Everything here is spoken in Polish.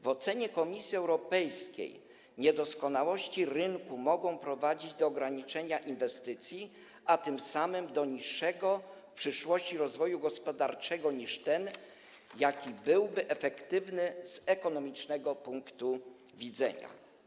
W ocenie Komisji Europejskiej niedoskonałości rynku mogą prowadzić do ograniczenia inwestycji, a tym samym do niższego w przyszłości rozwoju gospodarczego niż ten, jaki byłby efektywny z ekonomicznego punktu widzenia.